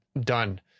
done